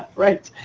right.